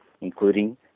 including